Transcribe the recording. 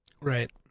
Right